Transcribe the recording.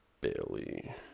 Bailey